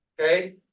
okay